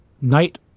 Night